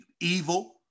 evil